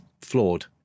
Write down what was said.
flawed